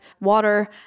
water